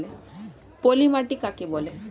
পলি মাটি কাকে বলে?